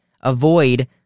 avoid